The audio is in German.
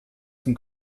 zum